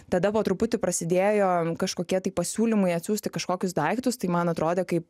tada po truputį prasidėjo kažkokie tai pasiūlymai atsiųsti kažkokius daiktus tai man atrodė kaip